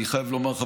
אני חייב לומר,